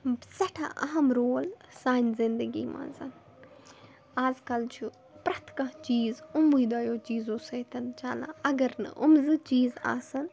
سٮ۪ٹھاہ اَہم رول سانہِ زندگی منٛز آز کَل چھُ پرٛٮ۪تھ کانٛہہ چیٖز یِموٕے دۄیو چیٖزو سۭتۍ چَلان اگر نہٕ یِم زٕ چیٖز آسَن